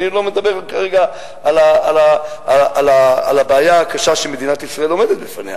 ואני לא מדבר כרגע על הבעיה הקשה שמדינת ישראל עומדת בפניה,